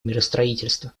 миростроительства